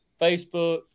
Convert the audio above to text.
Facebook